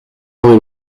aurez